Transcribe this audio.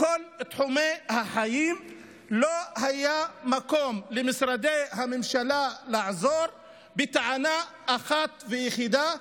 בכל תחומי החיים לא היה מקום למשרדי הממשלה לעזור בטענה אחת ויחידה: